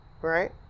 right